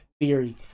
theory